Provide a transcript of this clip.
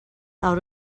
out